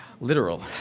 literal